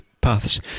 paths